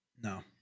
No